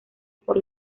por